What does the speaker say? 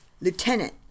Lieutenant